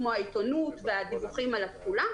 כמו העיתונות והדיווחים על התכולה,